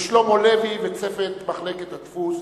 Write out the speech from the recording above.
לשלמה לוי וצוות מחלקת הדפוס,